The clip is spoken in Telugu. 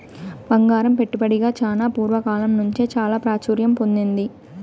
బంగారం పెట్టుబడిగా చానా పూర్వ కాలం నుంచే చాలా ప్రాచుర్యం పొందింది